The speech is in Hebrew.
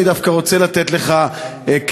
אני דווקא רוצה לתת לך קרדיט,